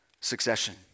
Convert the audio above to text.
succession